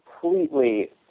completely